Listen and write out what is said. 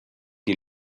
die